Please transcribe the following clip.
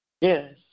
Yes